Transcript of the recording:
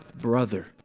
brother